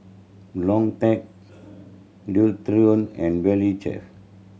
Logitech Dualtron and Valley Chef